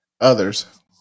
Others